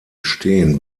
stehen